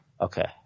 Okay